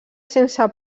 sense